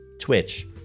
Twitch